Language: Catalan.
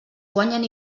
guanyen